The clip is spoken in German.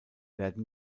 werden